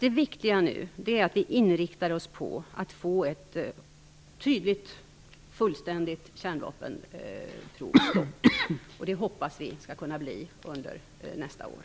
Det viktiga nu är att vi inriktar oss på att få ett tydligt och fullständigt kärnvapenprovstopp, och vi hoppas kunna få se det under nästa år.